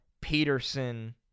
Peterson